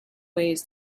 ways